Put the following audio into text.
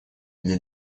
для